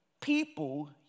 people